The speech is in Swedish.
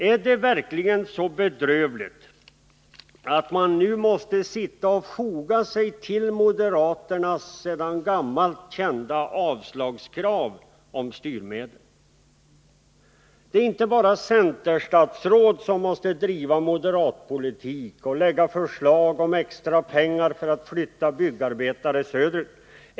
Är det verkligen så bedrövligt att man nu måste foga sig efter moderaternas sedan gammalt kända avslagskrav beträffande styrmedel? Det är inte bara centerstatsråd som måste driva moderatpolitik och lägga fram förslag om extra pengar för att flytta byggarbetare söderut.